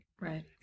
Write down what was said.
Right